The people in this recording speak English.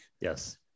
Yes